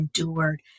endured